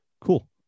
cool